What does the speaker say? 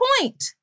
point